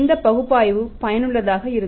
இந்த பகுப்பாய்வு பயனுள்ளதாக இருக்கும்